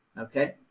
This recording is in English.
ok.